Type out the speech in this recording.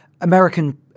American